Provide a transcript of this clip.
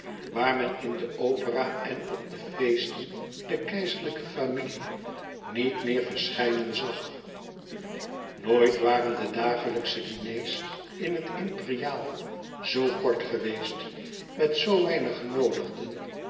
waar men in de opera en op de feesten de keizerlijke familie niet meer verschijnen zag nooit waren de dagelijksche diners in het imperiaal zoo kort geweest met zoo weinig genoodigden